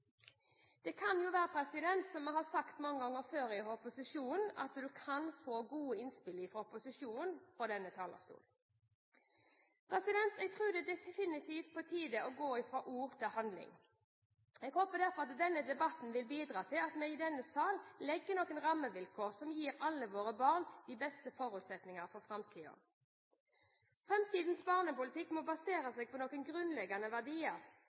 Det kan jo være, som opposisjonen har sagt mange ganger før, at man kan få gode innspill fra denne talerstolen. Jeg tror det definitivt er på tide å gå fra ord til handling. Jeg håper derfor denne debatten vil bidra til at vi i denne sal legger noen rammevilkår som gjør at alle våre barn får de beste forutsetninger for framtiden. Framtidens barnepolitikk må basere seg på noen grunnleggende verdier,